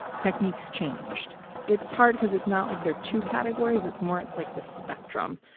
techniques changed it's hard because it's not like there two categories. it's more it's like the spectrum.